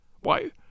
Why